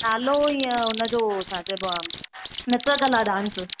नालो ईअं हुनजो छा चइबो आहे नतकला डांस